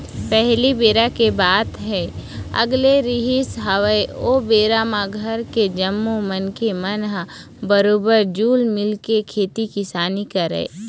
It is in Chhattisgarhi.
पहिली बेरा के बात ह अलगे रिहिस हवय ओ बेरा म घर के जम्मो मनखे मन ह बरोबर जुल मिलके खेती किसानी करय